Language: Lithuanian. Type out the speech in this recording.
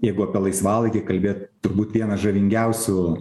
jeigu apie laisvalaikį kalbėt turbūt vienas žavingiausių